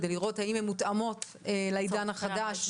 כדי לראות האם הן מותאמות לעידן החדש,